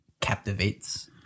captivates